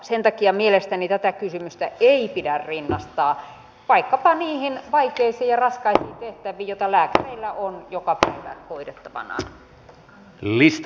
sen takia mielestäni tätä kysymystä ei pidä rinnastaa vaikkapa niihin vaikeisiin ja raskaisiin tehtäviin joita lääkäreillä on joka päivä hoidettavanaan